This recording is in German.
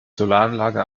solaranlage